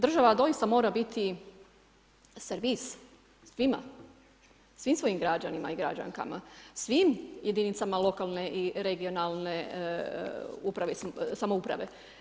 Država doista mora biti servis svima, svim svojim građanima i građankama, svim jedinicama lokalne i regionalne samouprave.